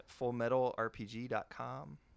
FullmetalRPG.com